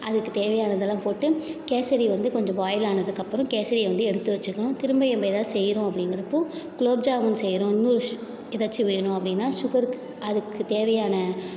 அதுக்கு தேவையானதெல்லாம் போட்டு கேசரி வந்து கொஞ்சம் பாயில் ஆனதுக்கப்புறம் கேசரியை வந்து எடுத்து வச்சிக்கணும் திரும்ப ஏதாவது செய்கிறோம் அப்படிங்கிறப்போ குலோப் ஜாமுன்னு செய்கிறோம் இன்னோரு ஷு ஏதாச்சும் வேணும் அப்படின்னா ஷுகருக்கு அதுக்குத் தேவையான